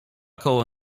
koło